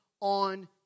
on